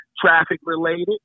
traffic-related